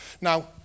Now